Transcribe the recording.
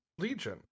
Legion